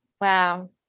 Wow